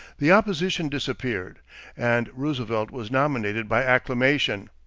the opposition disappeared and roosevelt was nominated by acclamation.